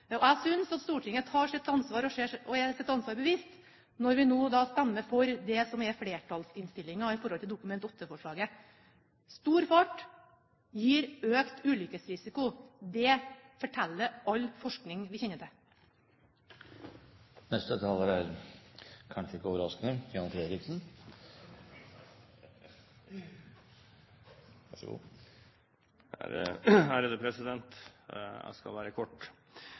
Og jeg synes at Stortinget er seg sitt ansvar bevisst når vi nå stemmer for det som er flertallsinnstillingen i Dokument nr. 8-forslaget. Stor fart gir økt ulykkesrisiko. Det forteller all forskning vi kjenner til. Jeg skal være kort, siden man nå sier at dette var en doktoravhandling fra en i Folksam. Så vil jeg